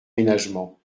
ménagement